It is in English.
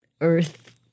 Earth